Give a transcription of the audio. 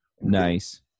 nice